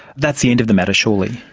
that's the end of the matter, surely?